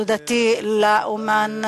תודתי לאמן